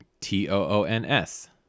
T-O-O-N-S